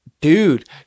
Dude